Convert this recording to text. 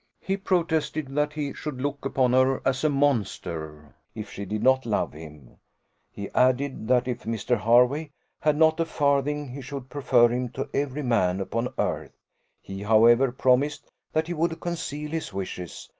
he protested that he should look upon her as a monster if she did not love him he added, that if mr. hervey had not a farthing, he should prefer him to every man upon earth he, however, promised that he would conceal his wishes,